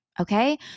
okay